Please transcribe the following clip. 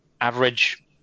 average